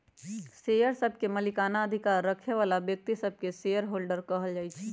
share सभके मलिकना अधिकार रखे बला व्यक्तिय सभके शेयर होल्डर कहल जाइ छइ